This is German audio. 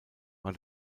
war